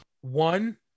One